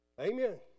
Amen